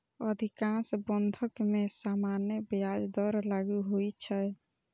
अधिकांश बंधक मे सामान्य ब्याज दर लागू होइ छै